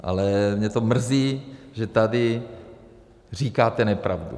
Ale mě to mrzí, že tady říkáte nepravdu.